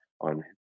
on